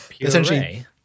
essentially